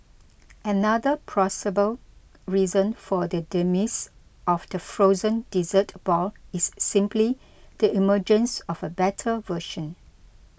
another plausible reason for the demise of the frozen dessert ball is simply the emergence of a better version